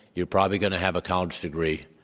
you're probably going to have a college degree,